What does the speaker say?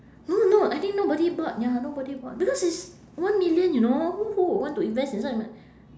no no I think nobody bought ya nobody bought because it's one million you know who who would want to invest in such a